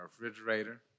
refrigerator